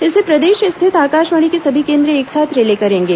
इसे प्रदेश स्थित आकाशवाणी के सभी केंद्र एक साथ रिले करेंगे